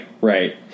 right